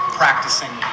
practicing